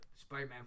Spider-Man